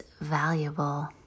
valuable